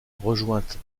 rejointe